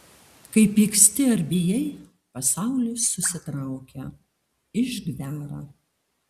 kai pyksti ar bijai pasaulis susitraukia išgvęra